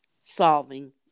solving